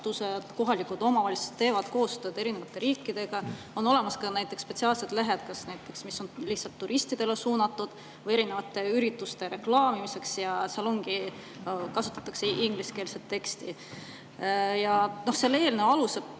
kohalikud omavalitsused teevad koostööd eri riikidega. On olemas ka näiteks spetsiaalsed lehed, mis on lihtsalt turistidele suunatud või erinevate ürituste reklaamimiseks, ja seal kasutatakse ingliskeelset teksti. Selle eelnõu alusel